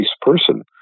person